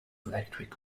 electric